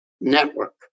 network